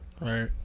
right